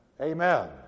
Amen